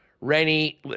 Rennie